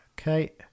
Okay